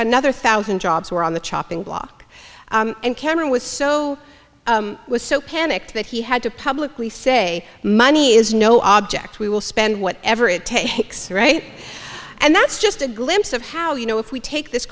another thousand jobs were on the chopping block and cameron was so was so panicked that he had to publicly say money is no object we will spend whatever it takes right and that's just a glimpse of how you know if we take this